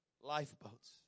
Lifeboats